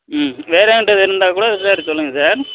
ம் வேறு இருந்தால் கூட விசாரித்து சொல்லுங்கள் சார்